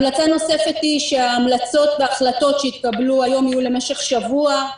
המלצה נוספת היא שההמלצות וההחלטות שהתקבלו היום יהיו למשך שבוע.